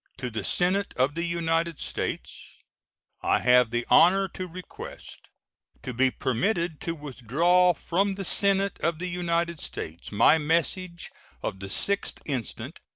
to the senate of the united states i have the honor to request to be permitted to withdraw from the senate of the united states my message of the sixth instant,